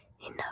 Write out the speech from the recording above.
Enough